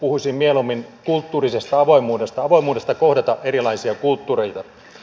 puhuisin mieluummin kulttuurisesta avoimuudesta avoimuudesta kohdata erilaisia kulttuureita